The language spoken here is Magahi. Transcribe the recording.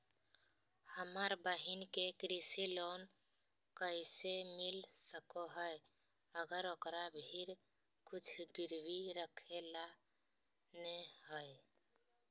हमर बहिन के कृषि लोन कइसे मिल सको हइ, अगर ओकरा भीर कुछ गिरवी रखे ला नै हइ?